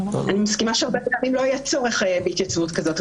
אני מסכימה שהרבה פעמים לא יהיה צורך בהתייצבות כזאת,